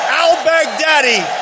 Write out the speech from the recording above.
al-Baghdadi